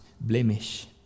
blemish